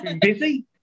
Busy